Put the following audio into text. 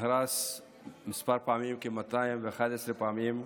נהרס כמה פעמים, כ-211 פעמים.